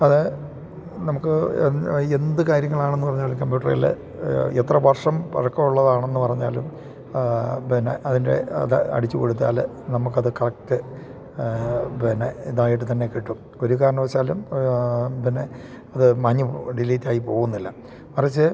അത് നമുക്ക് എന്തു കാര്യങ്ങളാണെന്നു പറഞ്ഞാലും കമ്പ്യൂട്ടറിൽ എത്ര വർഷം പഴക്കമുള്ളതാണെന്നു പറഞ്ഞാലും പിന്നെ അതിൻ്റെ അത് അടിച്ചു കൊടുത്താൽ നമുക്കത് കറക്റ്റ് പിന്നെ ഇതായിട്ടുതന്നെ കിട്ടും ഒരു കാരണവശാലും അത് പിന്നെ അത് മാഞ്ഞ് ഡിലീറ്റായി പോവുന്നില്ല മറിച്ച്